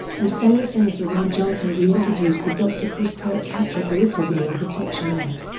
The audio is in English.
and fellow senator ron johnson re-introduced the dr. chris kirkpatrick whistleblower protection act,